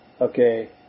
okay